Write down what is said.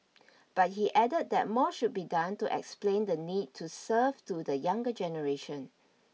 but he added that more should be done to explain the need to serve to the younger generation